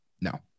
No